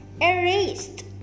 erased